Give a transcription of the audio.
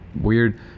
weird